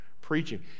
preaching